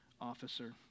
officer